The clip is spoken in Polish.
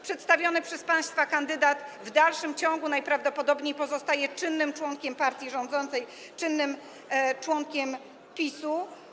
Przedstawiony przez państwa kandydat w dalszym ciągu najprawdopodobniej pozostaje czynnym członkiem partii rządzącej, czynnym członkiem PiS-u.